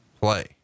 play